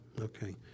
okay